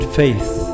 faith